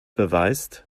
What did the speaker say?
beweist